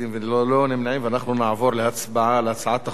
נעבור להצבעה על הצעת החוק בקריאה שלישית.